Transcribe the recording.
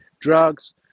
drugs